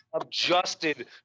adjusted